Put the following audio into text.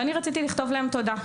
ואני רציתי לכתוב להם תודה.